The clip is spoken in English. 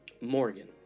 Morgan